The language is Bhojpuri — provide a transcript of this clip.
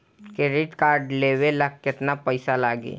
क्रेडिट कार्ड लेवे ला केतना पइसा लागी?